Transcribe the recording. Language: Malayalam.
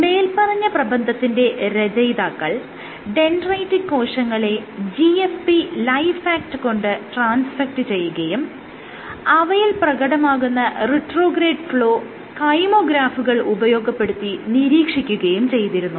മേല്പറഞ്ഞ പ്രബന്ധത്തിന്റെ രചയിതാക്കൾ ഡെൻഡ്രൈറ്റിക് കോശങ്ങളെ GFP LifeAct കൊണ്ട് ട്രാൻസ്ഫെക്ട് ചെയ്യുകയും അവയിൽ പ്രകടമാകുന്ന റിട്രോഗ്രേഡ് ഫ്ലോ കൈമോഗ്രാഫുകൾ ഉപയോഗപ്പെടുത്തി നിരീക്ഷിക്കുകയും ചെയ്തിരുന്നു